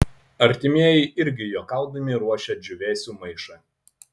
artimieji irgi juokaudami ruošia džiūvėsių maišą